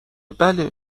بله